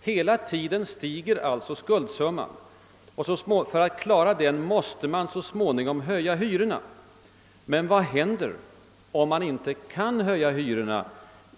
Hela tiden stiger alltså den samlade skuldsumman. För att klara situationen måste man så småningom höja hyrorna, men vad händer om man då